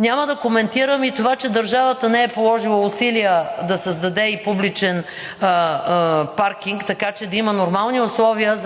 Няма да коментирам и това, че държавата не е положила усилия да създаде публичен паркинг, така че да има нормални условия